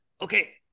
okay